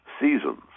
seasons